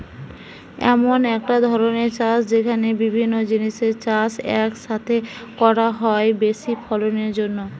এমন একটা ধরণের চাষ যেখানে বিভিন্ন জিনিসের চাষ এক সাথে করা হয় বেশি ফলনের জন্যে